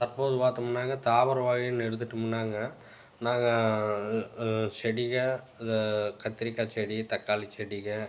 தற்போது பார்த்தோம்னாங்க தாவரம் வகையின்னு எடுத்துட்டோம்ன்னாங்க நாங்கள் செடிகள் இதை கத்திரிக்காய் செடி தக்காளி செடிகள்